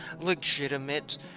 legitimate